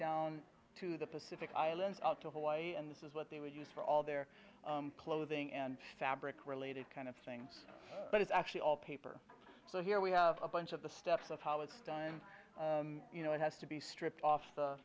down to the pacific islands out to hawaii and this is what they would use for all their clothing and fabric related kind of things but it's actually all paper so here we have a bunch of the steps of how it's done and you know it has to be stripped off the